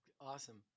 Awesome